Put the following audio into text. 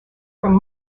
from